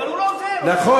אבל הוא לא עוזר, נכון.